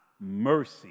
mercy